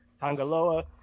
Tangaloa